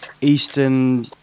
Eastern